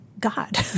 God